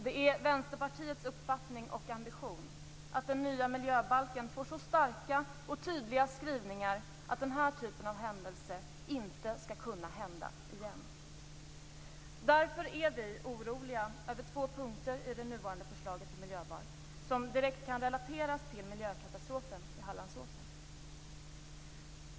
Det är Vänsterpartiets uppfattning och ambition att den nya miljöbalken får så starka och tydliga skrivningar att den här typen av händelser inte skall kunna inträffa igen. Därför är vi oroliga över två punkter i det nuvarande förslaget till miljöbalk. Dessa två punkter kan direkt relateras till miljökatastrofen vid Hallandsåsen.